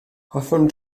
hoffwn